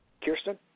Kirsten